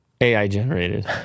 AI-generated